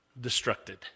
destructed